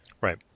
right